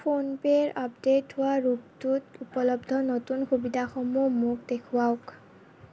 ফোনপে'ৰ আপডে'ট হোৱা ৰূপটোত উপলব্ধ নতুন সুবিধাসমূহ মোক দেখুৱাওক